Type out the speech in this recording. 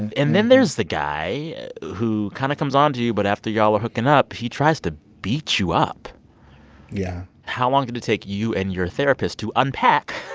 and and then there's the guy who kind of comes onto you, but after y'all are hooking up, he tries to beat you up yeah how long did it take you and your therapist to unpack.